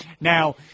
Now